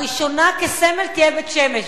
הראשונה, כסמל, תהיה בית-שמש.